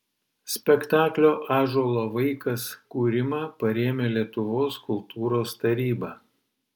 spektaklio ąžuolo vaikas kūrimą parėmė lietuvos kultūros taryba